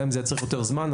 גם אם זה צריך יותר זמן.